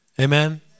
Amen